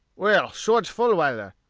well, shorge fulwiler,